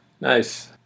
Nice